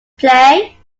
play